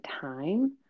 time